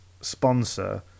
sponsor